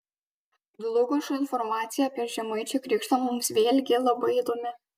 dlugošo informacija apie žemaičių krikštą mums vėlgi labai įdomi